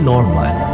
Normal